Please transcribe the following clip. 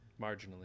Marginally